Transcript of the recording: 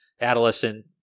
adolescent